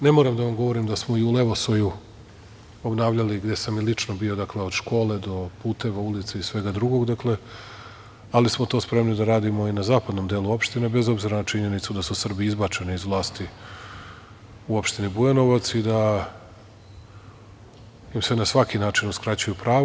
Ne moram da vam govorim da smo i u Levosoju obnavljali gde sam i lično bio, dakle, od škole do puteva, ulica i svega drugog, ali smo to spremni da radimo i na zapadnom delu opštine bez obzira na činjenicu da su Srbi izbačeni iz vlasti u opštini Bujanovac i da im se na svaki način uskraćuju prava.